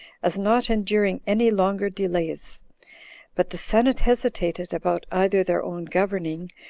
as not enduring any longer delays but the senate hesitated about either their own governing,